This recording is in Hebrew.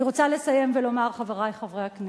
אני רוצה לסיים ולומר, חברי חברי הכנסת,